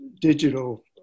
digital